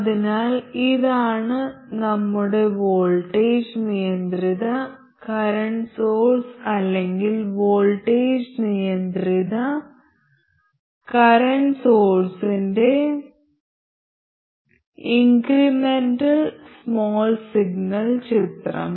അതിനാൽ ഇതാണ് നമ്മുടെ വോൾട്ടേജ് നിയന്ത്രിത കറന്റ് സോഴ്സ് അല്ലെങ്കിൽ വോൾട്ടേജ് നിയന്ത്രിത കറന്റ് സോഴ്സ്ന്റെ ഇൻക്രെമെന്റൽ സ്മാൾ സിഗ്നൽ ചിത്രം